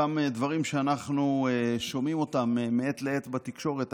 אותם דברים שאנחנו שומעים מעת לעת בתקשורת,